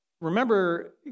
remember